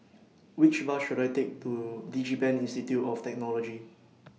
Which Bus should I Take to Digipen Institute of Technology